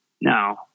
no